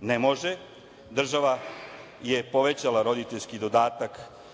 ne može. Država je povećala roditeljski dodatak